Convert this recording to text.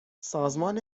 سازمان